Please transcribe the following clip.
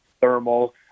thermal